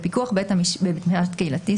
בפיקוח בית משפט קהילתי,